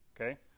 okay